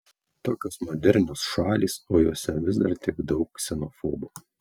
tokios modernios šalys o jose vis dar tiek daug ksenofobų